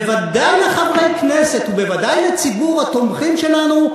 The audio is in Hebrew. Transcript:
בוודאי לחברי כנסת ובוודאי לציבור התומכים שלנו,